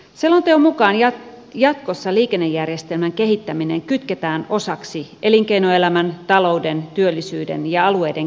selonteon mukaan ja jatkossa liikennejärjestelmän kehittäminen kytketään osaksi elinkeinoelämän talouden työllisyyden ja alueiden